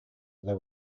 they